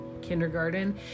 kindergarten